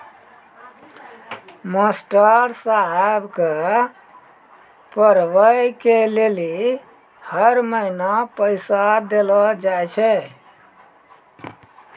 master साहेब के पढ़बै के लेली हर महीना पैसा देलो जाय छै